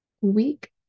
Week